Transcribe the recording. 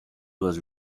was